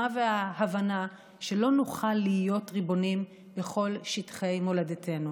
וההבנה שלא נוכל להיות ריבונים בכל שטחי מולדתנו.